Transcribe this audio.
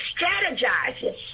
strategizes